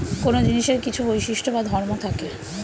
কোন জিনিসের কিছু বৈশিষ্ট্য বা ধর্ম থাকে